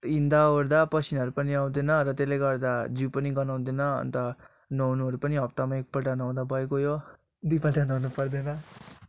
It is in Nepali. हिँड्दा ओर्दा पसिनाहरू पनि आउँदैन र त्यसले गर्दा जिउ पनि गनाउँदैन अन्त नुहाउनुहरू पनि हप्तामा एकपल्ट नुहाउँदा भइगयो दुईपल्ट नुहाउनु पर्दैन